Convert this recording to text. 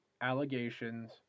allegations